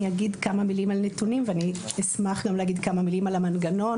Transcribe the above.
אני אגיד כמה מילים על נתונים ואני אשמח גם להגיד כמה מילים על המנגנון,